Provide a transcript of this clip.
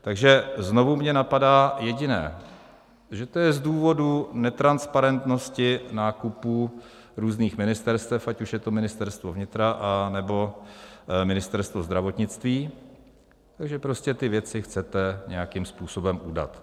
Takže znovu mě napadá jediné že to je z důvodu netransparentnosti nákupů různých ministerstev, ať už je to Ministerstvo vnitra, anebo Ministerstvo zdravotnictví, takže prostě ty věci chcete nějakým způsobem udat.